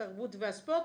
התרבות והספורט,